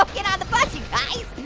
um get on the bus, you guys.